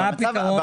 מה הפתרון?